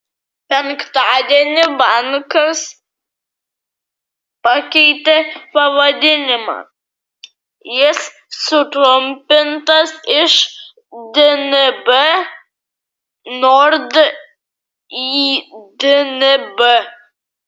penktadienį bankas pakeitė pavadinimą jis sutrumpintas iš dnb nord į dnb